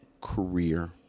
career